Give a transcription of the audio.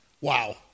Wow